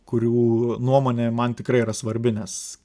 kurių nuomonė man tikrai yra svarbi nes